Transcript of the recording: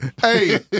Hey